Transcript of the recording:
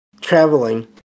Traveling